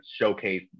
showcase